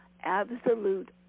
absolute